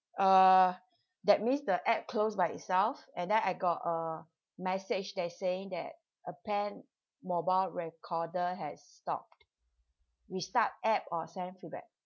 uh that means the app closed by itself and then I got a message that is saying that appen mobile recorder has stopped restart app or send feedback